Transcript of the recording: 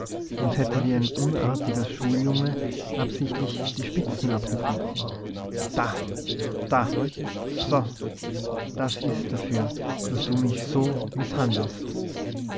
und hätte wie ein unartiger schuljunge absichtlich die spitzen abgebrochen da da so das ist dafür daß du mich so mißhandelst